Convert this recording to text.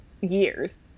years